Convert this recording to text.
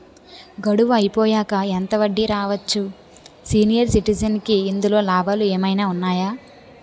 గడువు అయిపోయాక ఎంత వడ్డీ రావచ్చు? సీనియర్ సిటిజెన్ కి ఇందులో లాభాలు ఏమైనా ఉన్నాయా?